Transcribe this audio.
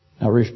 Now